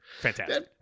Fantastic